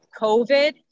COVID